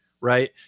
right